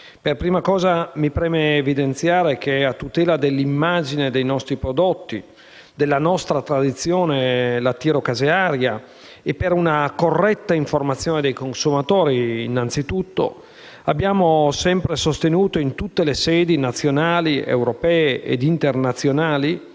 Per prima cosa mi preme evidenziare che, a tutela dell'immagine dei nostri prodotti, della nostra tradizione lattiero-casearia e innanzitutto per una corretta informazione ai consumatori, abbiamo sempre sostenuto, in tutte le sedi nazionali, europee ed internazionali,